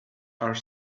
are